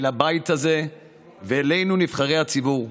אל הבית הזה ואלינו, נבחרי הציבור,